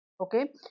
okay